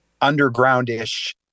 underground-ish